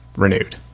Renewed